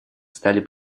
стали